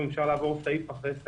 אפשר לעבור סעיף אחרי סעיף,